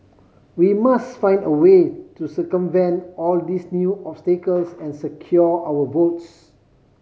we must find a way to circumvent all these new obstacles and secure our votes